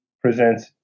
presents